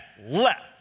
left